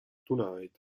tonight